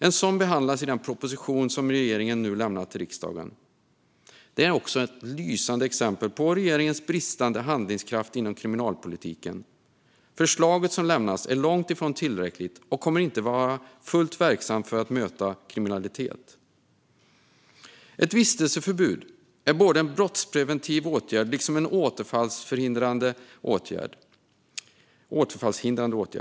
En sådan behandlas i den proposition som regeringen nu har lämnat till riksdagen. Denna är ett lysande exempel på regeringens bristande handlingskraft inom kriminalpolitiken. Förslaget som lämnas är långt ifrån tillräckligt och kommer inte att vara fullt verksamt i fråga om att möta kriminalitet. Ett vistelseförbud är en brottspreventiv liksom en återfallshindrande åtgärd.